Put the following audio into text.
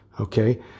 Okay